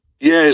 Yes